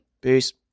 Peace